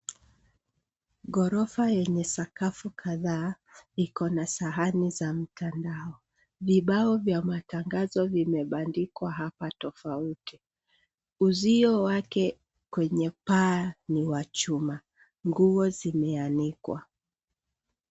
Ghorofa yenye sakafu kadhaa Iko na sahani za mtandao. Vibao vya matangazo vimebandikwa hapa tofauti. Uzio wake kwenye paa ni wa chuma. Nguo zimeandikwa.